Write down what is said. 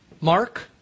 Mark